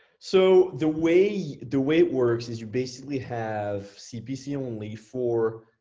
so the way the way it works is you basically have cpc only four.